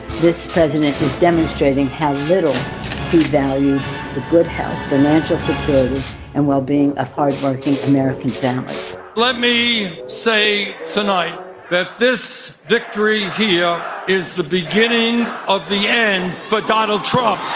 this president is demonstrating how little to value the good financial and well-being of i american families let me say tonight that this victory here is the beginning of the end for donald trump